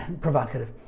provocative